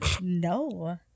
no